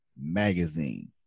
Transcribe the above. Magazine